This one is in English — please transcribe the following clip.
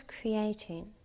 creating